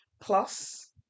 plus